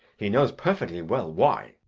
he knows perfectly well why.